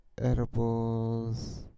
Edibles